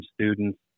students